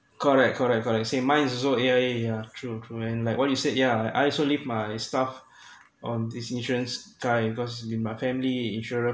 correct correct correct same mine is also A_I_A yeah true true and like what do you said yeah I also leave my stuff on this insurance guy because he been my family insurer